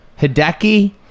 Hideki